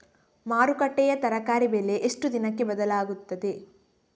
ಮಾರುಕಟ್ಟೆಯ ತರಕಾರಿ ಬೆಲೆ ಎಷ್ಟು ದಿನಕ್ಕೆ ಬದಲಾಗುತ್ತದೆ?